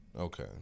Okay